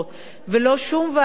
ולא לשום ועדה אחרת,